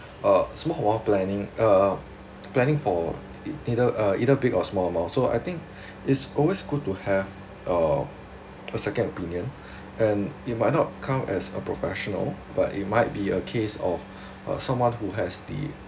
uh small amount planing uh planning for it uh either big or small amount so I think is always good to have uh a second opinion and it might not count as a professional but it might be a case of uh someone who has the